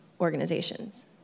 organizations